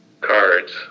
cards